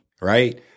Right